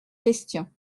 question